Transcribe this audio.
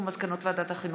מסקנות ועדת החינוך,